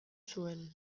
zuen